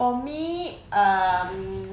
for me um